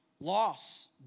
loss